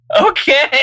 Okay